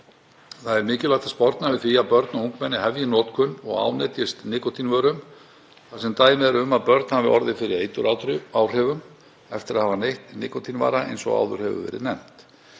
Það er mikilvægt að sporna við því að börn og ungmenni hefji notkun og ánetjist nikótínvörum þar sem dæmi eru um að börn hafi orðið fyrir eituráhrifum eftir að hafa neytt nikótínvara eins og áður hefur verið nefnt.